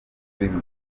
bimwe